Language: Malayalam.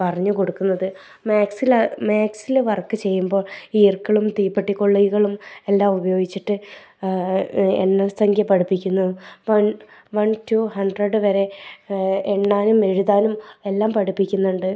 പറഞ്ഞു കൊടുക്കുന്നത് മേത്സിലാണ് മേത്സിൽ വർക്ക് ചെയ്യുമ്പോൾ ഈർക്കിളും തീപ്പെട്ടി കൊള്ളികളും എല്ലാം ഉപയോഗിച്ചിട്ട് എണ്ണൽ സംഖ്യ പഠിപ്പിക്കുന്നു വൺ വൺ റ്റു ഹൺഡ്രഡ് വരെ എണ്ണാനും എഴുതാനും എല്ലാം പഠിപ്പിക്കുന്നുണ്ട്